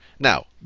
Now